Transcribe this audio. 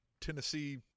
Tennessee